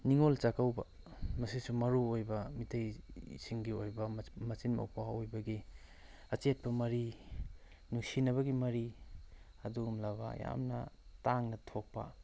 ꯅꯤꯡꯉꯣꯜ ꯆꯥꯛꯀꯧꯕ ꯃꯁꯤꯁꯨ ꯃꯔꯨ ꯑꯣꯏꯕ ꯃꯩꯇꯩꯁꯤꯡꯒꯤ ꯑꯣꯏꯕ ꯃꯆꯤꯟ ꯃꯧꯄꯥ ꯑꯣꯏꯕꯒꯤ ꯑꯆꯦꯠꯄ ꯃꯔꯤ ꯅꯨꯡꯁꯤꯅꯕꯒꯤ ꯃꯔꯤ ꯑꯗꯨꯒꯨꯝꯂꯕ ꯌꯥꯝꯅ ꯇꯥꯡꯅ ꯊꯣꯛꯄ